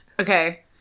Okay